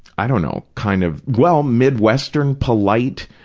i don't know, kind of, well, midwestern, polite,